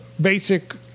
basic